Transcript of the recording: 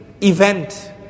event